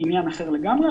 עניין אחר לגמרי.